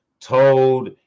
told